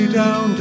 down